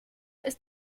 ist